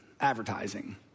advertising